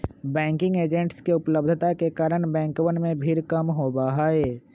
banking agents के उपलब्धता के कारण बैंकवन में भीड़ कम होबा हई